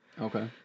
okay